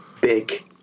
big